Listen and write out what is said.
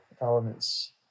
elements